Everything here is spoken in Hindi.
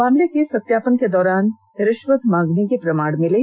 मामले के सत्यापन के दौरान रिश्वत मांगने के प्रमाण मिले